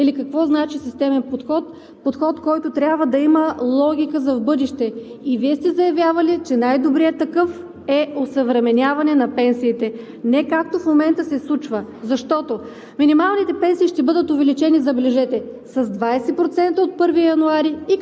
Какво значи системен подход? Подход, който трябва да има логика за в бъдеще и Вие сте заявявали, че най-добрият такъв е осъвременяване на пенсиите. Не, както в момента се случва, защото минималните пенсии ще бъдат увеличени, забележете, с 20% от 1 януари, и като